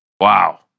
Wow